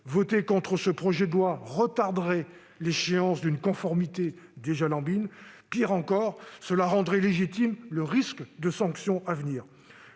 voter contre ce projet de loi retarderait l'échéance d'une mise en conformité déjà lambine. Pire encore, cela rendrait légitime la concrétisation du risque de sanctions à venir.